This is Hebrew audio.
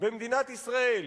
במדינת ישראל